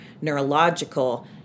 neurological